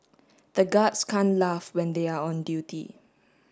the guards can't laugh when they are on duty